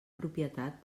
propietat